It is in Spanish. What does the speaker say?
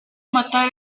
matar